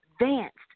advanced